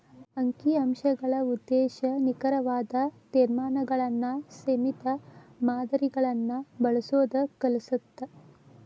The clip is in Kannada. ಅಂಕಿ ಅಂಶಗಳ ಉದ್ದೇಶ ನಿಖರವಾದ ತೇರ್ಮಾನಗಳನ್ನ ಸೇಮಿತ ಮಾದರಿಗಳನ್ನ ಬಳಸೋದ್ ಕಲಿಸತ್ತ